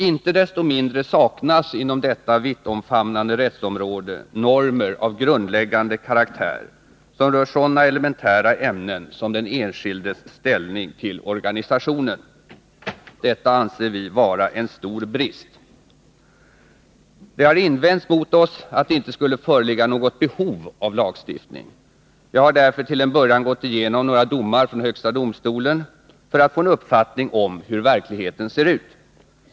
Inte desto mindre saknas inom detta vittomfamnande rättsområde normer av grundläggande karaktär som rör sådana elementära ämnen som den enskildes ställning i förhållande till organisationen. Detta anser vi vara en stor brist. Det har invänts mot oss att det inte skulle föreligga något behov av lagstiftning. Jag har därför till en början gått igenom några domar från högsta domstolen för att få en uppfattning om hur verkligheten ser ut.